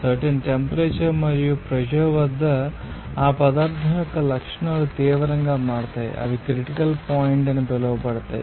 certain temperature మరియు pressure వద్ద ఆ పదార్ధం యొక్క లక్షణాలు తీవ్రంగా మారుతాయి అవి క్రిటికల్ పాయింట్ అని పిలువబడతాయి